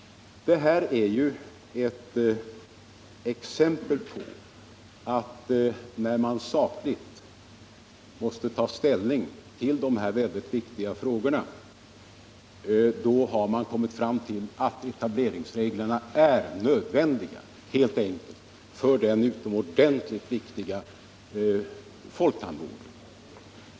Det här är ett exempel på att man — när man sakligt måste ta ställning till de här väldigt viktiga frågorna — har kommit fram till att etableringsreglerna helt enkelt är nödvändiga för den utomordentligt viktiga folktandvården.